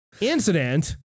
Incident